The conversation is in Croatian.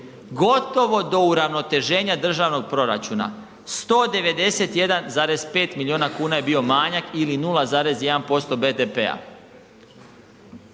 gotovo do uravnoteženja državnog proračuna, 191,5 milijuna kuna je bio manjak ili 0,1% BDP-a.